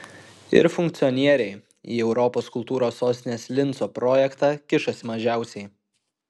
ir funkcionieriai į europos kultūros sostinės linco projektą kišasi mažiausiai